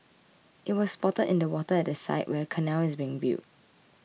it was spotted in the water at the site where a canal is being built